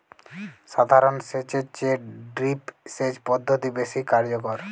সাধারণ সেচ এর চেয়ে ড্রিপ সেচ পদ্ধতি বেশি কার্যকর